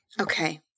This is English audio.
Okay